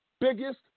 Biggest